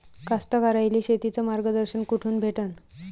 कास्तकाराइले शेतीचं मार्गदर्शन कुठून भेटन?